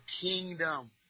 kingdom